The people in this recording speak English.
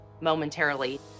momentarily